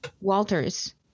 Walter's